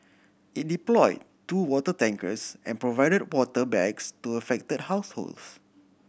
it deployed two water tankers and provided water bags to affected households